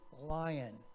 lion